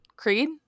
Creed